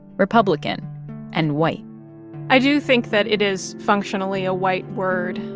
republican and white i do think that it is, functionally, a white word.